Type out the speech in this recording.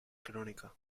crónica